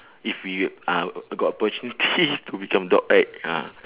if you uh got opportunity to become dog right ah